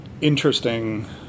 interesting